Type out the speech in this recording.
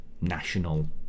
national